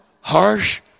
Harsh